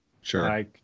Sure